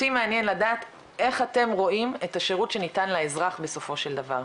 אותי מעניין לדעת איך אתם רואים את השירות שניתן לאזרח בסופו של דבר,